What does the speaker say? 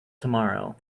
tomorrow